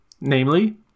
Namely